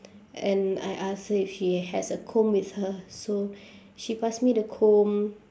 and I ask her if she has a comb with her so she pass me the comb